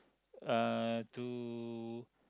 uh to